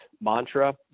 mantra